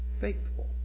faithful